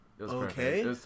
Okay